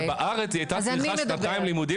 אבל בארץ היא הייתה צריכה שנתיים לימודים